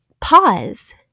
pause